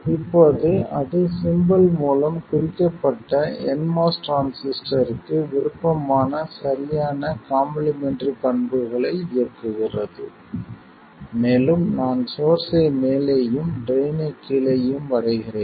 இப்போது அது ஸிம்பல் மூலம் குறிக்கப்பட்ட nMOS டிரான்சிஸ்டருக்கு விருப்பமான சரியான காம்ப்ளிமெண்ட்ரி பண்புகளை இயக்குகிறது மேலும் நான் சோர்ஸ்ஸை மேலேயும் ட்ரைன் ஐ கீழேயும் வரைகிறேன்